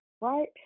Right